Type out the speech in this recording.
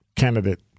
Candidate